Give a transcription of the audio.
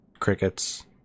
Crickets